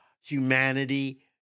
humanity